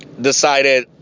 Decided